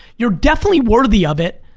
you're definitely worthy of it,